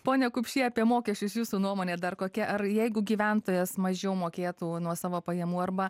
pone kupšį apie mokesčius jūsų nuomonė dar kokia ar jeigu gyventojas mažiau mokėtų nuo savo pajamų arba